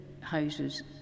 houses